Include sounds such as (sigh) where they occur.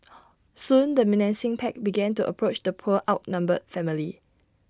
(noise) soon the menacing pack began to approach the poor outnumbered family